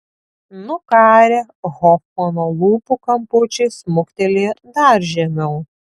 nukarę hofmano lūpų kampučiai smuktelėjo dar žemiau